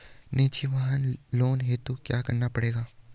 निजी वाहन लोन हेतु क्या करना पड़ेगा?